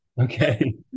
Okay